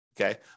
Okay